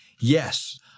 Yes